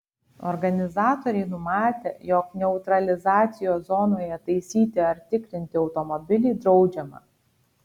organizatoriai numatę jog neutralizacijos zonoje taisyti ar tikrinti automobilį draudžiama